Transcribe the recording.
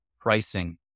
pricing